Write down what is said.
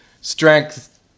strength